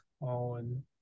on